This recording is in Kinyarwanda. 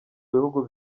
bihugu